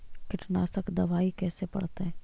कीटनाशक दबाइ कैसे पड़तै है?